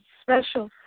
special